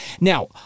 now